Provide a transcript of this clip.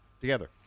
together